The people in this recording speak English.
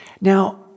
now